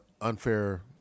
unfair